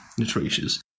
nutritious